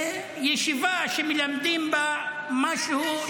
ישיבה שמלמדים בה משהו,